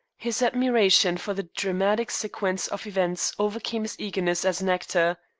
his admiration for the dramatic sequence of events overcame his eagerness as an actor.